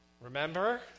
Remember